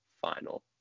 final